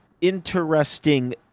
interesting